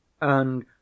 And